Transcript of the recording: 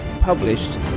published